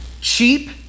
cheap